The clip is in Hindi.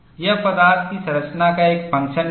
यह पदार्थ की संरचना का एक फंक्शन भी है